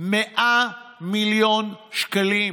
100 מיליון שקלים.